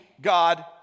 God